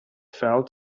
fell